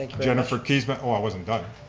jennifer keesmaat, oh, i wasn't done.